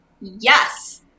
yes